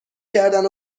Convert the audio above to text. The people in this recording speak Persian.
کردن